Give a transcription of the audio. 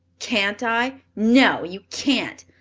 can't i? no, you can't.